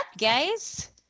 guys